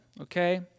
okay